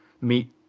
meet